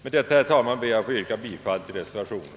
Med dessa ord, herr talman, ber jag att få yrka bifall till reservationen.